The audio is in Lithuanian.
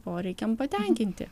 poreikiam patenkinti